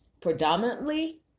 predominantly